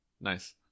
Nice